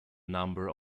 number